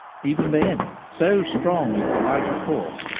even then, so strong is the vital force,